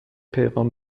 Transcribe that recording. پیغام